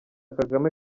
kagame